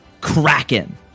kraken